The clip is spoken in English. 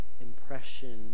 impression